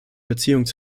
beziehungen